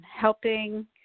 helping